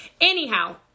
anyhow